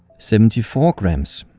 seventy four grams.